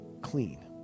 clean